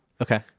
Okay